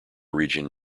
region